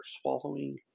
swallowing